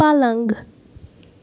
پَلنٛگ